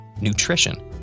nutrition